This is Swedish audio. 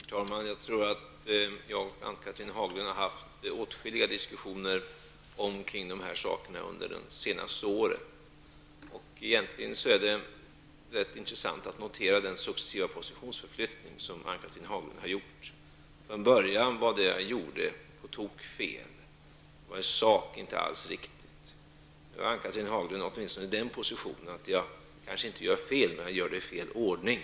Herr talman! Jag och Ann-Cathrine Haglund har haft åtskilliga diskussioner om dessa frågor under de senaste åren. Det är rätt intressant att notera den successiva positionsförflyttning som Ann Cathrine Haglund har gjort. Från början var det som jag gjorde på tok fel. Det var i sak inte alls riktigt. Nu har Ann-Cathrine Haglund åtminstone den positionen att jag kanske inte gör fel, men att jag gör det i fel ordning.